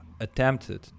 Attempted